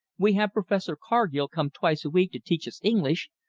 we have professor carghill come twice a week to teach us english,